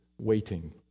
waiting